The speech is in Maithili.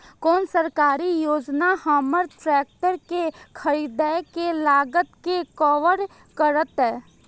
कोन सरकारी योजना हमर ट्रेकटर के खरीदय के लागत के कवर करतय?